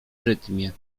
rytmie